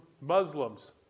Muslims